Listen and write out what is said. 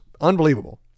Unbelievable